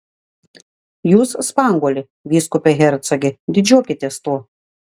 jūs spanguolė vyskupe hercoge didžiuokitės tuo